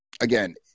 again